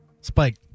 Spike